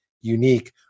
unique